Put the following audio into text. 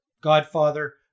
Godfather